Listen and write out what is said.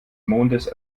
mondes